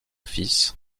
fils